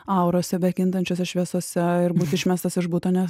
aurose be kintančiose šviesose ir būt išmestas iš buto nes